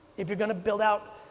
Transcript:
if you're going to build out,